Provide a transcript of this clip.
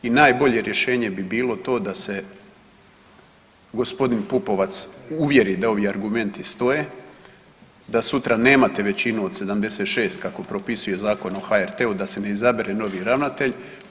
I najbolje rješenje bi bilo to da se g. Pupovac uvjeri da ovi argumenti stoje, da sutra nemate većinu od 76 kako propisuje Zakon o HRT-u da se ne izabere novi ravnatelj.